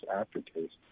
aftertaste